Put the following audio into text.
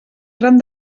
tram